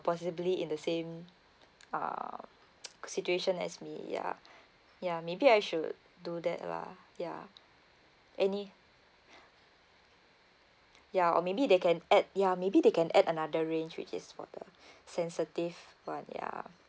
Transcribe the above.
possibly in the same uh situation as me ya ya maybe I should do that lah ya any ya or maybe they can add ya maybe they can add another range which is for the sensitive one ya